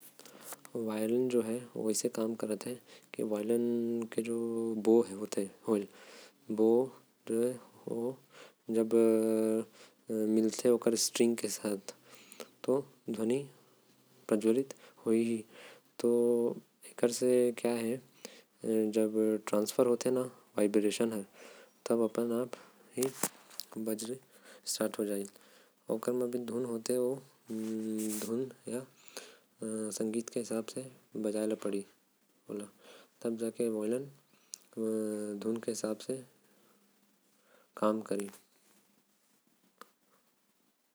वाइलेन जो हे ओ ऐसे काम करत हे। के जो वाइलेन के बो होते ओकर स्ट्रिंग के साथ जब मिलते। त ध्वनि प्रज्वलित होएल आऊ जब ट्रान्सफर होते वाइब्रेशन फैलते त। ध्वनि सुनाई देते आऊ ओकर म जो धुन होते। ओ संगीत के हिसाब से बजाना पढ़ी। तब जाके वाइलेन धुन के हिसाब से काम करते।